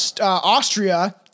Austria